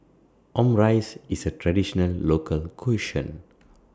Omurice IS A Traditional Local Cuisine